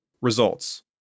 Results